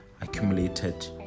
accumulated